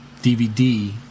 DVD